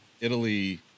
italy